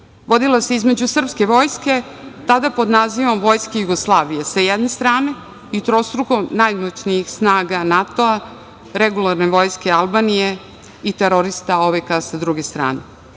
vodila se između srpske vojske, tada pod nazivom Vojske Jugoslavije, sa jedne strane i trostruko najmoćnijih snaga NATO regularne vojske Albanije i terorista OVK-a sa druge strane. Cilj